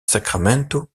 sacramento